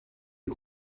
est